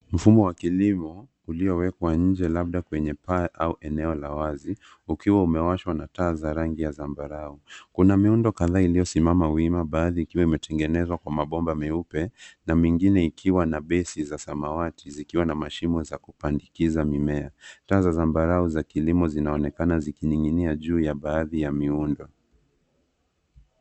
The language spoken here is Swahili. Mfumo wa kilimo uliowekwa nje labda kwenye paa au eneo la wazi ukiwa umewashwa na taa za rangi ya zambarau. Kuna miundo kadhaa iliyosimama wima baadhi ikiwa imetengenezwa kwa mabomba meupe na mengine ikiwa na besi za samawati zikiwa na mashimo za kupandikisha mimea. Taa za zambarau za kilimo zinaonekana zikining'inia juu ya baadhi ya miundo.